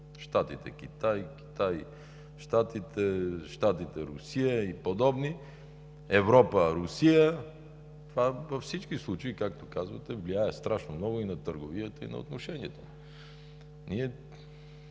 Щатите – Китай, Китай – Щатите, Щатите – Русия, и подобни, Европа – Русия. Това във всички случаи, както казвате, влияе страшно много и на търговията, и на отношенията. Дори